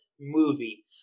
movie